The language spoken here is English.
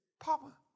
Papa